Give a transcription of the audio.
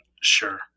Sure